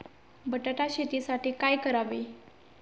बटाटा शेतीसाठी काय करावे?